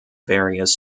various